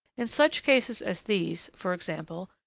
in such cases as these, for example,